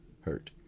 hurt